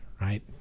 right